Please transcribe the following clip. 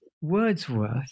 wordsworth